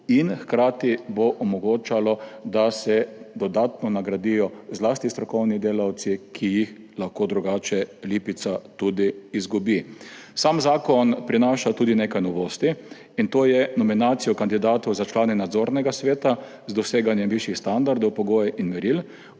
hotela Klub in da se dodatno nagradijo zlasti strokovni delavci, ki jih lahko drugače Lipica tudi izgubi. Sam zakon prinaša tudi nekaj novosti. To je nominacijo kandidatov za člane nadzornega sveta z doseganjem višjih standardov, pogojev in meril